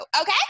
okay